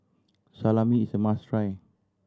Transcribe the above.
salami is a must try